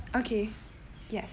okay yes